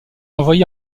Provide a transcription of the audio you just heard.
envoyé